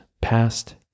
past